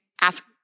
ask